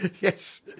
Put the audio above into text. Yes